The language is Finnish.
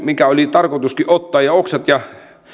mikä oli tarkoituskin ottaa ja oksat ja